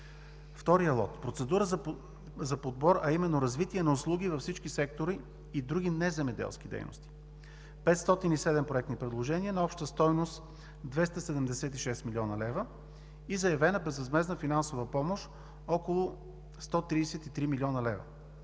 втория лот – процедура за подбор, а именно „Развитие на услуги във всички сектори и други неземеделски дейности“ – 507 проектни предложения на обща стойност 276 млн. лв. и заявена безвъзмездна финансова помощ около 133 млн. лв.